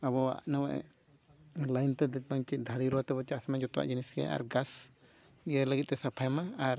ᱟᱵᱚᱣᱟᱜ ᱱᱚᱜᱼᱚᱭ ᱞᱟᱹᱭᱤᱱᱛᱮ ᱫᱚ ᱵᱟᱝ ᱪᱮᱫ ᱫᱟᱨᱮ ᱨᱚᱦᱚᱭᱛᱮ ᱵᱚᱱ ᱪᱟᱥᱢᱟ ᱡᱚᱛᱚᱣᱟᱜ ᱡᱤᱱᱤᱥ ᱜᱮ ᱟᱨ ᱜᱷᱟᱥ ᱤᱭᱟᱹᱭ ᱞᱟᱹᱜᱤᱫᱛᱮ ᱥᱟᱯᱷᱟᱭᱢᱟ ᱟᱨ